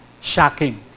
shocking